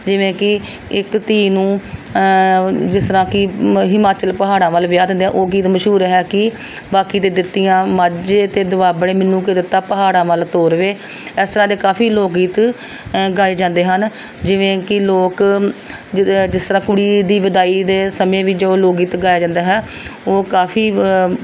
ਜਿਵੇਂ ਕਿ ਇੱਕ ਧੀ ਨੂੰ ਜਿਸ ਤਰ੍ਹਾਂ ਕਿ ਮ ਹਿਮਾਚਲ ਪਹਾੜਾਂ ਵੱਲ ਵਿਆਹ ਦਿੰਦੇ ਆ ਉਹ ਗੀਤ ਮਸ਼ਹੂਰ ਹੈ ਕਿ ਬਾਕੀ ਤੇ ਦਿੱਤੀਆਂ ਮਾਝੇ ਤੇ ਦੁਆਬੜੇ ਮੈਨੂੰ ਕੀ ਦਿੱਤਾ ਪਹਾੜਾਂ ਵੱਲ ਤੋਰ ਵੇ ਇਸ ਤਰ੍ਹਾਂ ਦੇ ਕਾਫ਼ੀ ਲੋਕ ਗੀਤ ਗਾਏ ਜਾਂਦੇ ਹਨ ਜਿਵੇਂ ਕਿ ਲੋਕ ਜ ਜਿਸ ਤਰ੍ਹਾਂ ਕੁੜੀ ਦੀ ਵਿਦਾਈ ਦੇ ਸਮੇਂ ਵੀ ਜੋ ਲੋਕ ਗੀਤ ਗਾਇਆ ਜਾਂਦਾ ਹੈ ਉਹ ਕਾਫ਼ੀ